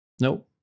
Nope